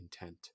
intent